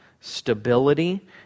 stability